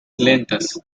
lentas